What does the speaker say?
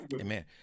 Amen